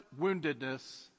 woundedness